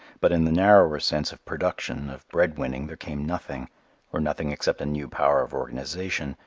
but in the narrower sense of production, of bread winning, there came nothing or nothing except a new power of organization,